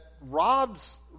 robs